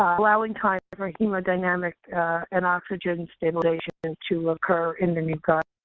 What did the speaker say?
ah allowing time for hemodynamic and oxygen stabilization to occur in the new guideline.